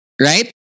right